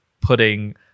putting